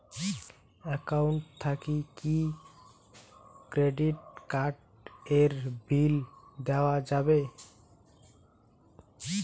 Account থাকি কি credit card এর বিল দেওয়া যাবে?